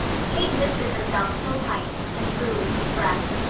kate lifted herself full height, and drew a deep breath.